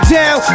down